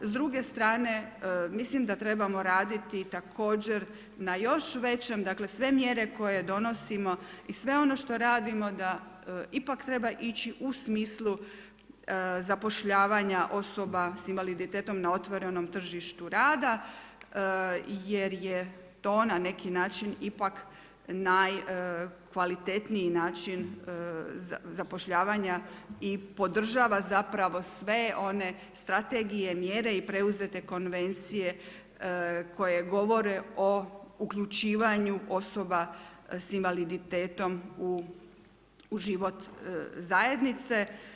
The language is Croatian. S druge strane, mislim da trebamo raditi također na još većem, dakle, sve mjere koje donosimo i sve ono što radimo da ipak treba ići u smislu zapošljavanja osoba s invaliditetom na otvorenom tržištu rada jer je to na neki način ipak najkvalitetniji način zapošljavanja i podržava zapravo sve one strategije, mjere i preuzete konvencije koje govore o uključivanju osoba s invaliditetom u život zajednice.